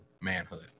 manhood